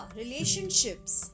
relationships